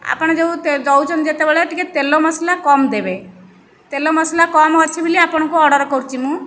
ଆପଣ ଯେଉଁ ଦେଉଛନ୍ତି ଯେତେବେଳେ ଟିକିଏ ତେଲ ମସଲା କମ୍ ଦେବେ ତେଲ ମସଲା କମ୍ ଅଛି ବୋଲି ଆପଣଙ୍କୁ ଅର୍ଡ଼ର କରୁଛି ମୁଁ